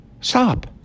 Stop